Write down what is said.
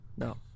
No